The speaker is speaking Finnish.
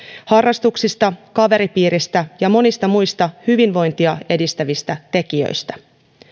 harrastuksista kaveripiiristä ja monista muista hyvinvointia edistävistä tekijöistä